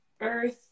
earth